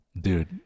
Dude